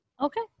okay